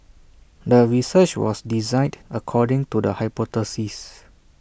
the research was designed according to the hypothesis